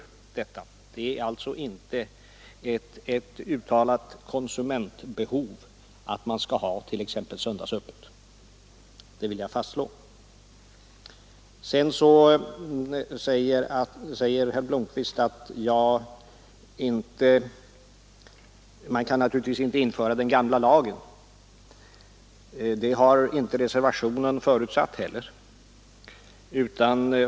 Det är alltså inte ett uttalat konsumentbehov att man skall ha t.ex. söndagsöppet, det vill jag slå fast. Vidare säger herr Blomkvist att man inte kan införa den gamla lagen igen. Det har inte heller förutsatts i reservationen.